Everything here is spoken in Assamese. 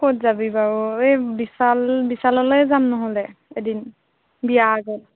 ক'ত যাবি বাৰু এই বিশাল বিশাললৈ যাম নহ'লে এদিন বিয়াৰ আগত